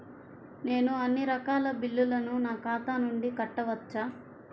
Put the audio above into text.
నేను అన్నీ రకాల బిల్లులను నా ఖాతా నుండి కట్టవచ్చా?